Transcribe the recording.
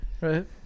Right